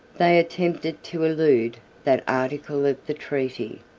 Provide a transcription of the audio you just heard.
they attempted to elude that article of the treaty.